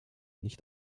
nicht